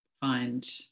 find